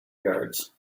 guards